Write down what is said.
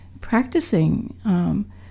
practicing